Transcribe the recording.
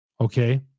Okay